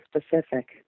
specific